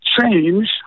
change